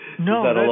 No